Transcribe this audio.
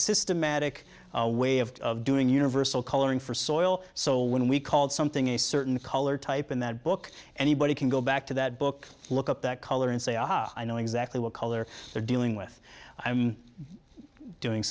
systematic way of doing universal coloring for soil so when we called something a certain color type in that book anybody can go back to that book look at that color and say aha i know exactly what color they're dealing with i'm doing